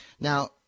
Now